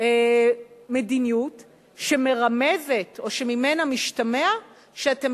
מדיניות שמרמזת או שממנה משתמע שאתם